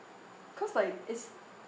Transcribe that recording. cause like it's